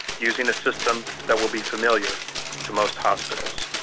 using a system that will be familiar to most hospitals.